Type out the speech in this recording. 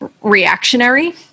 reactionary